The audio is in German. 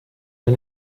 ein